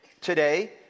Today